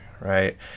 right